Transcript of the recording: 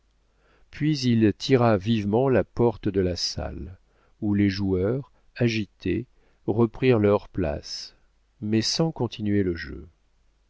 puis il tira vivement la porte de la salle où les joueurs agités reprirent leurs places mais sans continuer le jeu